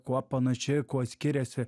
kuo panaši kuo skiriasi